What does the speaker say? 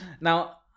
Now